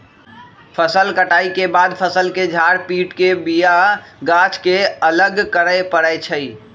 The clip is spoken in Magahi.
फसल कटाइ के बाद फ़सल के झार पिट के बिया गाछ के अलग करे परै छइ